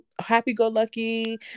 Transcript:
happy-go-lucky